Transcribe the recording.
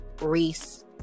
Reese